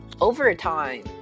Overtime